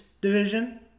Division